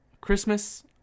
Christmas